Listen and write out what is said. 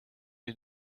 est